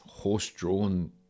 Horse-drawn